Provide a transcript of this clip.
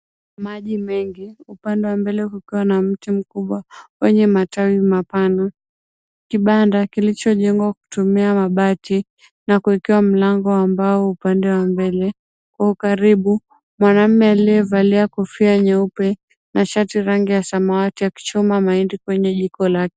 Maji mengi upande wa mbele kukiwa na mti mkubwa wenye matawi mapana. Kibanda kilichojengwa kutumia mabati na kuekewa mlango wa mbao upande wa mbele huku karibu mwanaume aliyevalia kofia nyeupe na shati rangi ya samawati akichoma mahindi kwenye jiko lake.